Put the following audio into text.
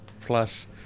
Plus